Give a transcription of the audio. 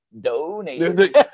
Donate